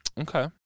okay